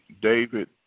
David